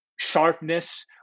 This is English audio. Sharpness